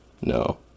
No